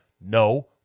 No